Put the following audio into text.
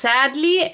Sadly